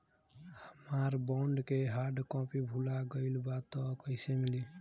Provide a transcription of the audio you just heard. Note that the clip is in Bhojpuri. हमार बॉन्ड के हार्ड कॉपी भुला गएलबा त कैसे मिली?